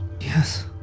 Yes